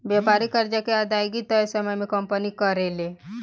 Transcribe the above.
व्यापारिक कर्जा के अदायगी तय समय में कंपनी करेले